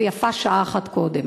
ויפה שעה אחת קודם.